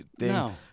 No